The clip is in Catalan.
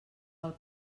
del